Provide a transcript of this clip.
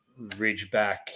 Ridgeback